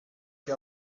che